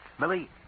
Millie